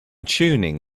tuning